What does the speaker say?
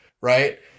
Right